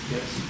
Yes